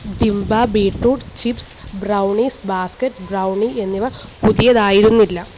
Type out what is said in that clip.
ഡിമ്പ beetroot chips brownies basket brownie എന്നിവ പുതിയതായിരുന്നില്ല